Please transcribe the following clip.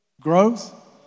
growth